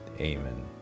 Amen